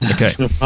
Okay